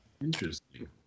Interesting